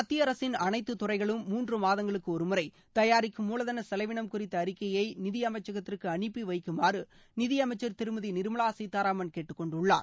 மத்திய அரசின் அனைத்துத் துறைகளும் மூன்று மாதங்களுக்கு ஒருமுறை தயாரிக்கும் மூலதன செலவினம் குறித்த அறிக்கையை நிதியமைச்சகத்திற்கு அனுப்பிவைக்குமாறு நிதியமைச்சர் திருமதி நிர்மலா சீதாராமன் கேட்டுக் கொண்டுள்ளார்